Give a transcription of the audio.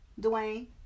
Dwayne